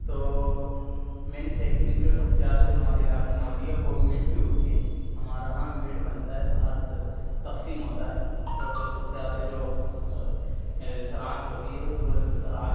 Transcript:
تو مینوفیکچرنگ جو سب سے زیادہ جو ہمارے علاقے میں ہوتی ہے وہ میٹ کی ہوتی ہے ہمارے یہاں میٹ بنتا ہے باہر سے تقسیم ہوتا ہے اور جو سب سے زیادہ جو زراعت ہوتی ہے وہ زراعت